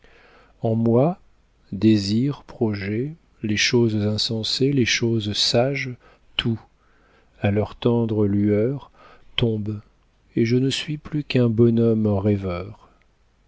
en moi désirs projets les choses insensées les choses sages tout à leur tendre lueur tombe et je ne suis plus qu'un bonhomme rêveur